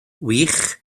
wych